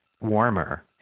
warmer